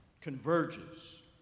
converges